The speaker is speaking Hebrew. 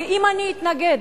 ואם אני אתנגד,